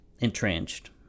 Entrenched